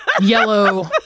yellow